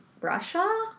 Russia